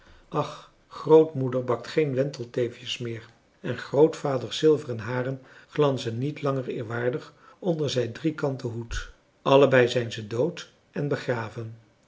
ach grootmoeder bakt geen wentelteefjes meer en grootvaders zilveren haren glanzen niet langer eerwaardig onder zijn driekanten hoed allebei zijn ze dood en begraven